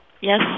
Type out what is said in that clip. Yes